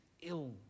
ill